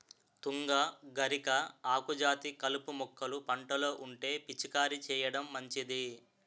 తుంగ, గరిక, ఆకుజాతి కలుపు మొక్కలు పంటలో ఉంటే పిచికారీ చేయడం మంచిది